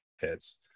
hits